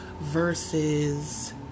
versus